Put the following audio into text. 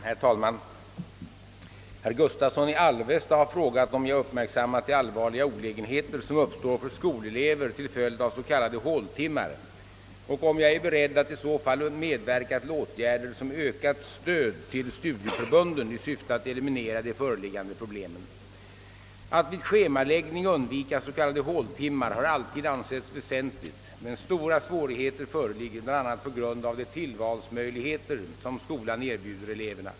Herr talman! Herr Gustavsson i Alvesta har frågat, om jag uppmärksammat de allvarliga olägenheter som uppstår för skolelever till följd av s.k. håltimmar och om jag är beredd att i så fall medverka till åtgärder, såsom ökat stöd till studieförbunden, i syfte att eliminera de föreliggande problemen. Att vid schemaläggning undvika s.k. håltimmar har alltid ansetts väsentligt, men stora svårigheter föreligger bl.a. på grund av de tillvalsmöjligheter som skolan erbjuder eleverna.